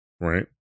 right